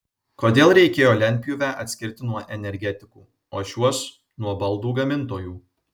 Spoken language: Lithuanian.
kodėl reikėjo lentpjūvę atskirti nuo energetikų o šiuos nuo baldų gamintojų